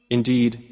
Indeed